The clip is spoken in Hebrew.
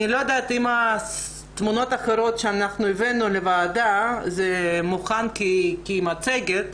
אני לא יודעת אם התמונות האחרות שהבאנו לוועדה מוכנות כמצגת,